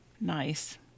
Nice